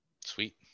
sweet